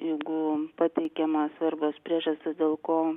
jeigu pateikiama svarbios priežastys dėl ko